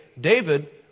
David